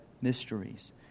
mysteries